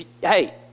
Hey